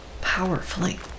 powerfully